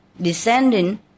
descending